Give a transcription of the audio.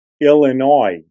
Illinois